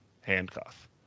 handcuff